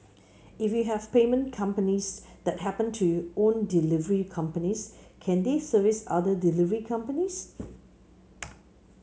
if you have payment companies that happen to own delivery companies can they service other delivery companies